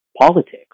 politics